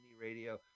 Radio